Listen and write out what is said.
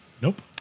Nope